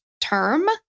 term